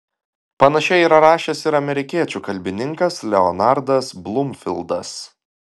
panašiai yra rašęs ir amerikiečių kalbininkas leonardas blumfildas